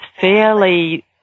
fairly